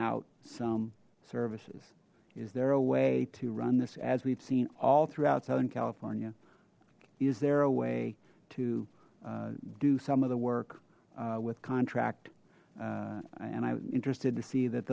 out some services is there a way to run this as we've seen all throughout southern california is there a way to do some of the work with contract and i'm interested to see that